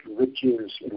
riches